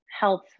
health